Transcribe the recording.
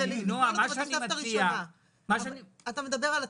נעה מה שאני מציע -- אתה מדבר על התשלום?